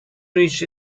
reached